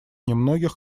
немногих